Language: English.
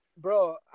bro